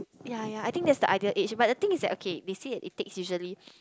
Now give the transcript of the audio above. ya ya I think that's the ideal age but the thing is that okay they say that if take usually